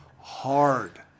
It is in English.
hard